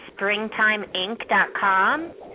springtimeinc.com